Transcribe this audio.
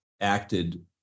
acted